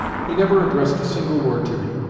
he never addressed a single word to me.